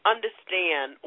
understand